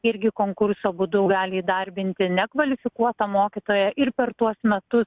irgi konkurso būdu gali įdarbinti nekvalifikuotą mokytoją ir per tuos metus